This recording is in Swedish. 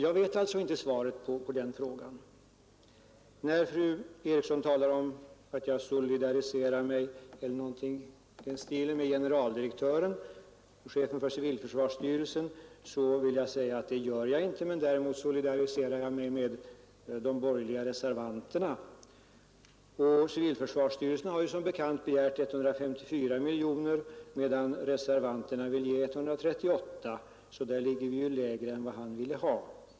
— Jag vet alltså inte svaret på fru Erikssons fråga på denna punkt. Fru Eriksson talade om att jag solidariserar mig med generaldirektören — chefen för civilförsvarsstyrelsen. Det gör jag inte. Däremot solidariserar jag mig med de borgerliga reservanterna. Civilförsvarsstyrelsen har som bekant begärt 154 miljoner, medan reservanterna vill ge 138; där ligger vi alltså lägre än generaldirektören.